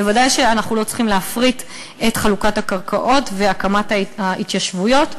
ודאי שאנחנו לא צריכים להפריט את חלוקת הקרקעות והקמת ההתיישבויות,